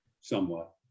somewhat